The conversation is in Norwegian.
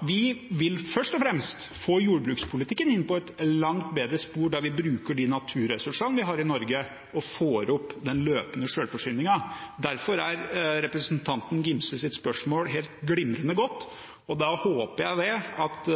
vi vil først og fremst få jordbrukspolitikken inn på et langt bedre spor, der vi bruker de naturressursene vi har i Norge, og får opp den løpende selvforsyningen. Derfor er representanten Angell Gimses spørsmål helt glimrende og godt, og jeg håper at